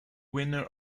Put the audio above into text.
winner